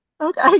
Okay